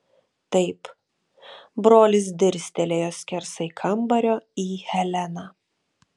taip brolis dirstelėjo skersai kambario į heleną